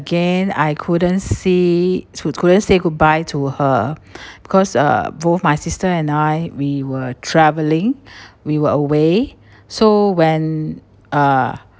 again I couldn't see to couldn't say goodbye to her because uh both my sister and I we were traveling we were away so when uh